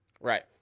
Right